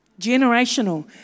Generational